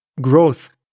growth